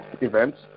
events